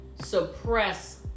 suppress